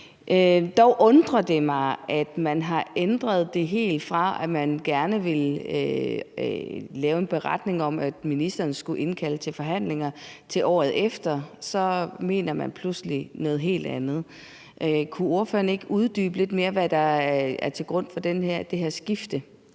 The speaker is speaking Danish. Dog undrer det mig, at man har ændret det, at man gerne vil lave en beretning om, at ministeren skal indkalde til forhandlinger, til året efter. Nu mener man pludselig noget helt andet. Kunne ordføreren ikke uddybe lidt mere, hvad der ligger til grund for det her skifte?